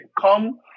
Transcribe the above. come